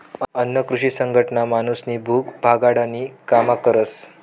अन्न कृषी संघटना माणूसनी भूक भागाडानी काम करस